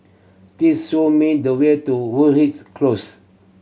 please show me the way to Close